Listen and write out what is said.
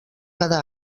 cada